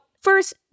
first